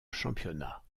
championnat